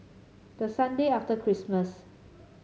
the Sunday after Christmas